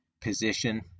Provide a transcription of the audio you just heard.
position